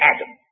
Adam